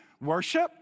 Worship